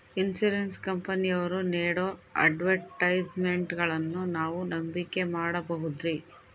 Insurance ಕಂಪನಿಯವರು ನೇಡೋ ಅಡ್ವರ್ಟೈಸ್ಮೆಂಟ್ಗಳನ್ನು ನಾವು ನಂಬಿಕೆ ಮಾಡಬಹುದ್ರಿ?